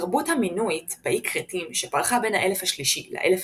התרבות המינואית באי כרתים שפרחה בין האלף השלישי לאלף